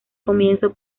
comienzo